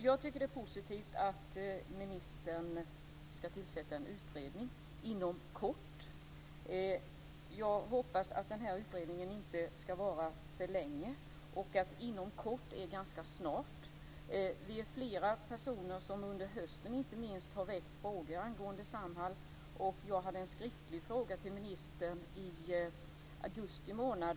Jag tycker att det är positivt att ministern ska tillsätta en utredning inom kort. Jag hoppas att denna utredning inte ska pågå för länge och att den tillsätts ganska snart. Vi är flera personer som under hösten, inte minst, har väckt frågor angående Samhall. Jag ställde en skriftlig fråga till ministern i augusti månad.